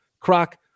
croc